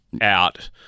out